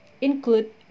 include